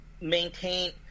maintain –